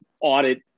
audit